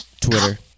Twitter